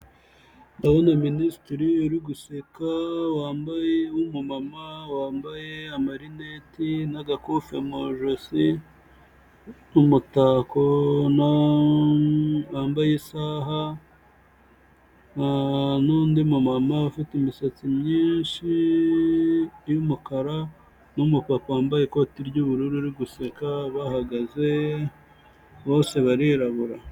Ndabona Minisitiri uri guseka wambaye w'umumama, wambaye amarineti n'agakufe mu ijosi n'umutako, wambaye isaha n'undi mumama ufite imisatsi myinshi y'umukara, n'umupapa wambaye ikoti ry'ubururu uri guseka bahagaze, bose barirabura.